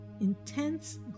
intense